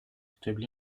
établi